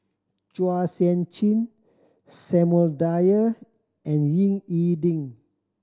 Chua Sian Chin Samuel Dyer and Ying E Ding